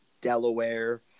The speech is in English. Delaware